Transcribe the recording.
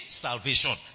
salvation